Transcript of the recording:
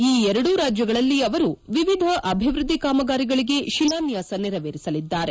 ಈ ಎರಡೂ ರಾಜ್ಯಗಳಲ್ಲಿ ಅವರು ವಿವಿಧ ಅಭಿವೃದ್ದಿ ಕಾಮಗಾರಿಗಳಿಗೆ ಶಿಲಾನ್ಯಾಸ ನೆರವೇರಿಸಲಿದ್ದಾರೆ